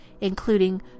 including